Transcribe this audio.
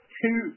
two